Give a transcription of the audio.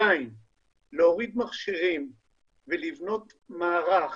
להוריד מכשירים ולבנות מערך